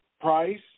price